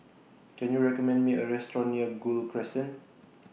Can YOU recommend Me A Restaurant near Gul Crescent